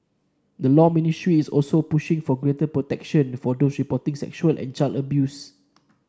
the Law Ministry is also pushing for greater protection for those reporting sexual and child abuse